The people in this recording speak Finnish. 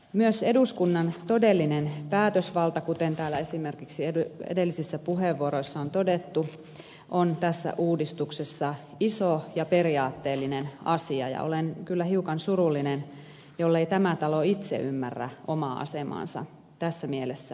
myös eduskunnan todellinen päätösvalta kuten täällä esimerkiksi edellisissä puheenvuoroissa on todettu on tässä uudistuksessa iso ja periaatteellinen asia ja olen kyllä hiukan surullinen jollei tämä talo itse ymmärrä omaa asemaansa tässä mielessä puolustaa